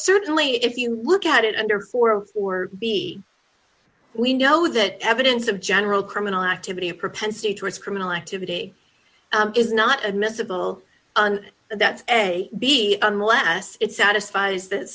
certainly if you look at it under four or b we know that evidence of general criminal activity propensity towards criminal activity is not admissible and that's a b unless it satisfies that